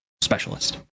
specialist